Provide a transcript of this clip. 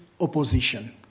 opposition